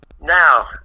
now